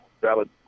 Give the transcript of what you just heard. valid